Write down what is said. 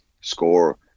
score